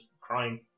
crying